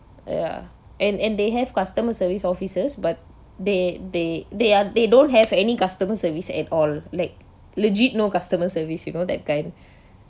ya and and they have customer service officers but they they they are they don't have any customer service at all like legit no customer service you know that kind